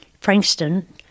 Frankston